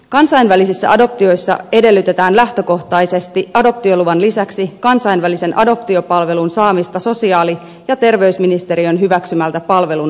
kansainvälisissä adoptioissa edellytetään lähtökohtaisesti adoptioluvan lisäksi kansainvälisen adoptiopalvelun saamista sosiaali ja terveysministeriön hyväksymältä palvelunantajalta